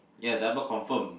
ya double confirm